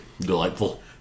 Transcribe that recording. delightful